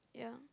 yeah